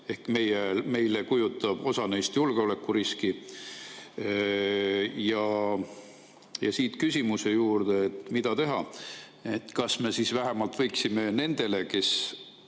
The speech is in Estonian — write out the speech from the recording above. ehk meile kujutab osa neist julgeolekuriski. Ja siit küsimuse juurde. Mida teha? Kas me vähemalt võiksime nendele, kellest